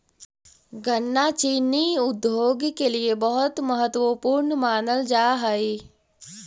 गन्ना चीनी उद्योग के लिए बहुत महत्वपूर्ण मानल जा हई